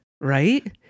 Right